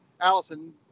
Allison